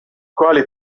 quali